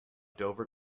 dover